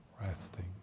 Resting